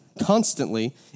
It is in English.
constantly